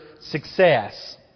success